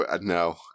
No